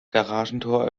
garagentor